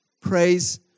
Praise